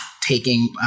taking